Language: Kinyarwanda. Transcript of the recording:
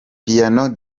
piano